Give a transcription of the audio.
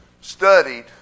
studied